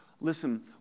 Listen